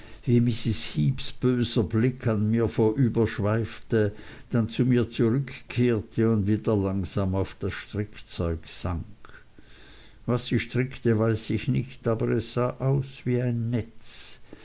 heeps böser blick an mir vorüberschweifte dann zu mir zurückkehrte und wieder langsam auf das strickzeug sank was sie strickte weiß ich nicht aber es sah aus wie ein netz